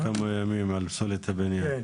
בניין,